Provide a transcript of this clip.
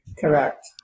Correct